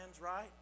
right